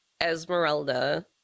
Esmeralda